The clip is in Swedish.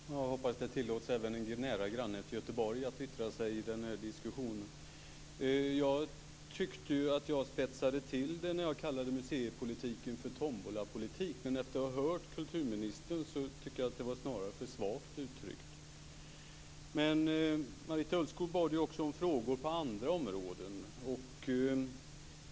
Fru talman! Jag hoppas att det tillåts även en nära granne till Göteborg att yttra sig i den här diskussionen. Jag tyckte att jag spetsade till det när jag kallade museipolitiken för tombolapolitik. Men efter att ha hört kulturministern tycker snarare att det var för svagt uttryckt. Marita Ulvskog bad ju också om frågor på andra områden.